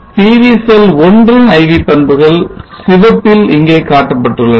PV செல் 1 ன் IV பண்புகள் சிவப்பில் இங்கே காட்டப்பட்டுள்ளன